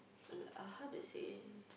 uh ah how to say